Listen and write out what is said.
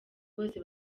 bose